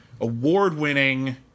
award-winning